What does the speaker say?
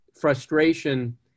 frustration